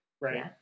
Right